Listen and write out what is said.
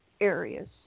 areas